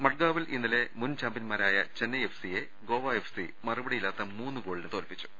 മഡ്ഗാവിൽ ഇന്നലെ മുൻ ചാമ്പൃൻമാരായ ചെന്നൈ എഫ്സിയെ ഗോവ എഫ്സി മറുപടിയില്ലാത്ത മൂന്ന് ഗോളിന് തോൽപ്പിച്ചു